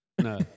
no